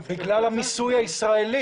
בגלל המיסוי הישראלי.